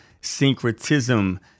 syncretism